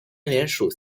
莲属